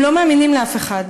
הם לא מאמינים לאף אחד.